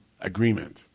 agreement